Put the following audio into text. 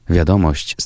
Wiadomość